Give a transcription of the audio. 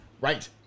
Right